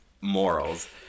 morals